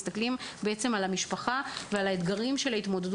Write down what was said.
אנחנו מסתכלים גם על המשפחה ועל ההורות.